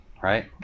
Right